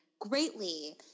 greatly